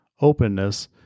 openness